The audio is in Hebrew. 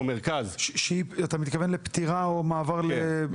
שהיא, אתה מתכון, לפטירה, או מעבר לבית אבות?